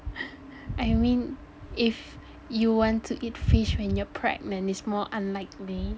I mean err I mean if you want to eat fish when you're pregnant is more unlikely